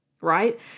right